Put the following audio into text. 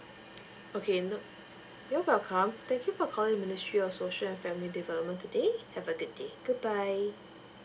okay no you are welcome thank you for calling ministry of social and family development today have a good day good bye